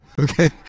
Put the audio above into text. okay